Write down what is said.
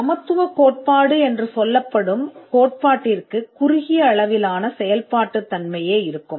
சமத்துவத்தின் கோட்பாடு என்ற கொள்கைக்கு வரையறுக்கப்பட்ட பயன்பாடு இருக்கும்